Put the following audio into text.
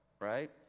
right